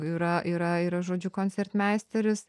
yra yra yra žodžiu koncertmeisteris